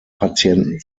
patienten